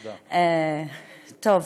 האמת,